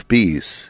Peace